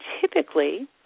typically